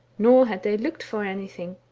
nor had they looked for anything.